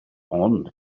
ond